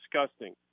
disgusting